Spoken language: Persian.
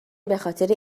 بخاطر